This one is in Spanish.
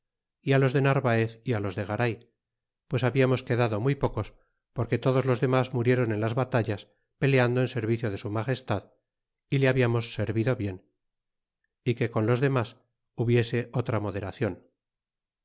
los de narvaez y á los de garay pues babiamos quedado muy pocos porque todos les dermis murieron en las batallas peleando en servicio de su magestad y le hablamos servido bien y que con los demas hubiese otra moderaclon